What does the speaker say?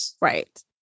Right